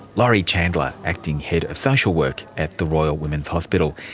lorri chandler, acting head of social work at the royal women's hospital.